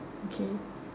okay